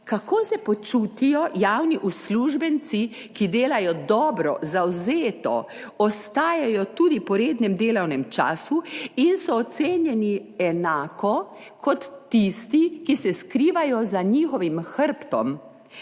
Kako se počutijo javni uslužbenci, ki delajo dobro, zavzeto, ostajajo tudi po rednem delovnem času in so ocenjeni enako kot tisti, ki se skrivajo za njihovim hrbtom?